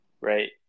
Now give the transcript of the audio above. right